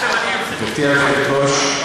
גברתי היושבת-ראש,